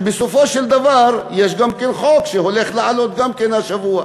ובסופו של דבר יש גם חוק שגם הולך לעלות השבוע,